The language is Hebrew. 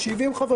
70 חברי כנסת,